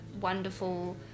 wonderful